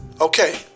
Okay